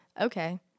okay